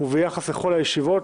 וביחס לכל הישיבות,